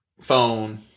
phone